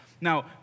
Now